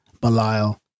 Belial